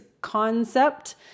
concept